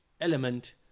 element